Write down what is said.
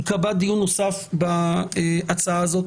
ייקבע דיון נוסף בהצעה הזאת.